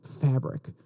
fabric